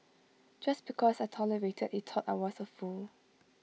just because I tolerated he thought I was A fool